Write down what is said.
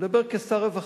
כשר הרווחה,